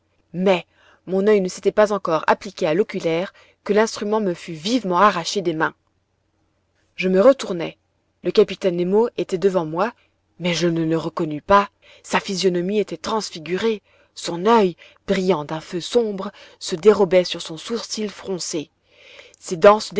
mais mon oeil ne s'était pas encore appliqué à l'oculaire que l'instrument me fut vivement arraché des mains je me retournai